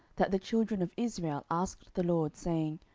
that the children of israel asked the lord, saying,